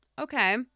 okay